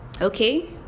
Okay